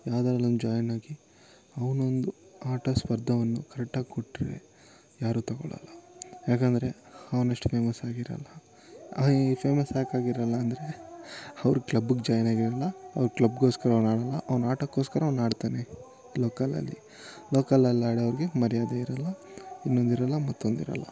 ಯಾವುದ್ರಲ್ಲೊಂದು ಜಾಯ್ನಾಗಿ ಅವನೊಂದು ಆಟ ಸ್ಪರ್ಧೆಯನ್ನು ಕರೆಟ್ಟಾಗಿ ಕೊಟ್ಟರೆ ಯಾರು ತಗೊಳಲ್ಲ ಯಾಕಂದರೆ ಅವನಷ್ಟು ಫೇಮಸ್ಸಾಗಿರಲ್ಲ ಈ ಫೇಮಸ್ ಯಾಕಾಗಿರಲ್ಲ ಅಂದರೆ ಅವರು ಕ್ಲಬ್ಬಿಗೆ ಜಾಯ್ನಾಗಿರಲ್ಲ ಅವ್ರು ಕ್ಲಬ್ಗೋಸ್ಕರ ಅವ್ನು ಆಡಲ್ಲ ಅವ್ನು ಆಟಕ್ಕೋಸ್ಕರ ಅವ್ನು ಆಡ್ತಾನೆ ಲೋಕಲಲ್ಲಿ ಲೋಕಲಲ್ಲಿ ಆಡೋರಿಗೆ ಮರ್ಯಾದೆ ಇರಲ್ಲ ಇನ್ನೊಂದಿರಲ್ಲ ಮತ್ತೊಂದಿರಲ್ಲ